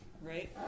Right